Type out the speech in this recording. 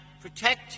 protect